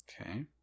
Okay